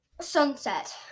Sunset